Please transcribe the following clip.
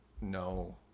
no